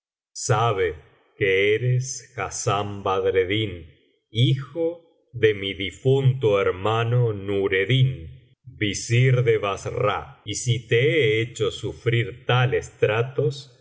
sabe que eres hassán badreddin hijo de mi difunto hermano nureddin visir de biblioteca valenciana generalitat valenciana las mil noches y una noche basará y si te he hecho sufrir tales tratos